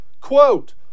Quote